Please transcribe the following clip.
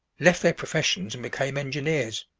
left their professions and became engineers.